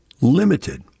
limited